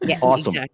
Awesome